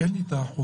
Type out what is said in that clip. אין לי את האחוזים.